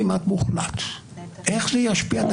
כשאנחנו מדברים,